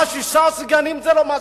מה, שישה סגנים זה לא מספיק?